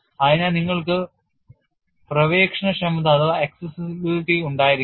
അതിനായി നിങ്ങൾക്ക് പ്രവേശനക്ഷമത ഉണ്ടായിരിക്കണം